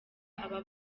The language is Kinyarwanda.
aba